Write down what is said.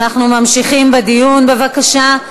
אנחנו ממשיכים בדיון, בבקשה.